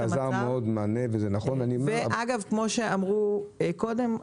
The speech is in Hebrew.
אגב כפי שאמרו קודם,